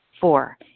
Four